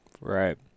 Right